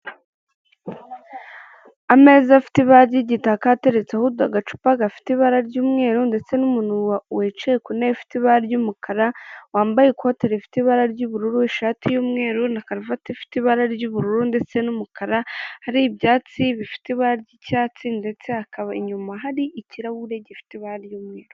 Ameza afite ibara ry'igitaka, ateretseho agacupa gafite ibara ry'umweru ndetse n'umuntu wicaye ku ntebe ifite ibara ry'umukara, wambaye ikote rifite ibara ry'ubururu, ishati y'umweru na karuvati ifite ibara ry'ubururu ndetse n'umukara hari ibyatsi bifite ibara ry'icyatsi ndetse hakaba inyuma hari ikirahure gifite ibara ry'umweru.